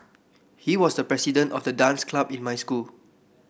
he was the president of the dance club in my school